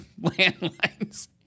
landlines